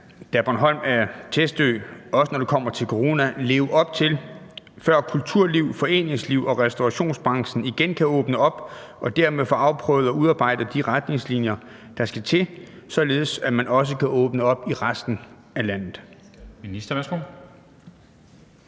da Bornholm er testø, også når det kommer til corona – leve op til, før kulturliv, foreningsliv og restaurationsbranchen igen kan åbne op og dermed få afprøvet og udarbejdet de retningslinjer, der skal til, således at man også kan åbne op i resten af Danmark? Kl.